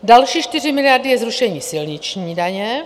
Další 4 miliardy je zrušení silniční daně.